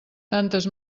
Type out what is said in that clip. tantes